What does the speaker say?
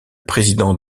président